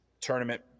tournament